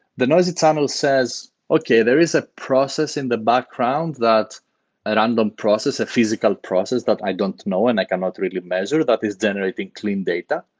the noisy channel says, okay. there is a process in the background that a random process, a physical processes that i don't know and i cannot really measure that is generating clean data.